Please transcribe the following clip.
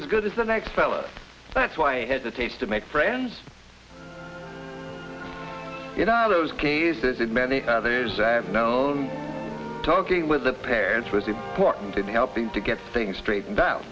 as good as the next fella that's why i hesitate to make friends you know are those cases in many others i've known talking with the parents was important in helping to get things straightened out